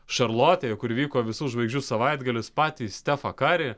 šarlotėj kur vyko visų žvaigždžių savaitgalis patį stefą karį